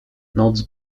noc